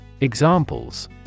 Examples